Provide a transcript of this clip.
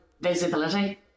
visibility